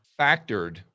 factored